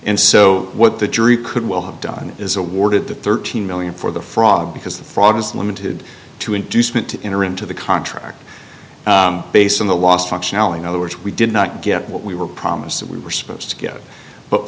and so what the jury could well have done is awarded the thirteen million for the frog because the fraud was limited to inducement to enter into the contract based on the last functionality which we did not get what we were promised that we were supposed to get but